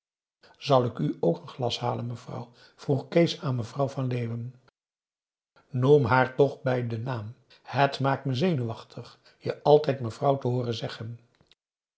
zal ik u ook een glas halen mevrouw vroeg kees aan mevrouw van leeuwen noem haar toch bij den naam het maakt me zenuwachtig je altijd mevrouw te hooren zeggen